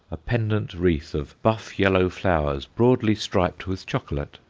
a pendant wreath of buff-yellow flowers broadly striped with chocolate.